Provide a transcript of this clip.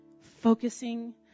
Focusing